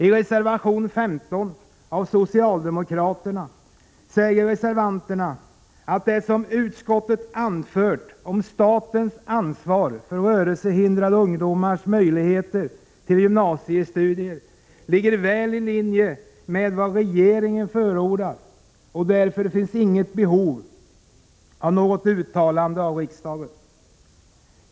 I reservation 15 av socialdemokraterna säger reservanterna att det som utskottet anfört om statens ansvar för rörelsehindrade ungdomars möjligheter till gymnasiestudier ligger väl i linje med vad regeringen har förordat och att det därför inte finns något behov av ett uttalande från riksdagen.